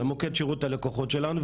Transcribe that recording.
במוקד שירות הלקוחות שלנו.